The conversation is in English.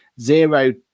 Zero